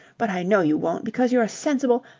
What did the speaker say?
but i know you won't because you're a sensible.